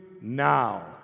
now